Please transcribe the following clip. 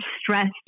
stressed